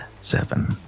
seven